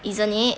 isn't it